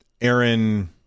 Aaron